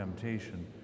temptation